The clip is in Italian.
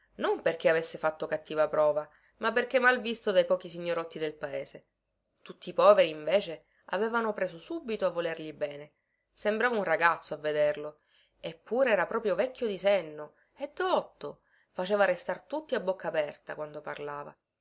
non perché avesse fatto cattiva prova ma perché malvisto dai pochi signorotti del paese tutti i poveri invece avevano preso subito a volergli bene sembrava un ragazzo a vederlo eppure era proprio vecchio di senno e dotto faceva restar tutti a bocca aperta quando parlava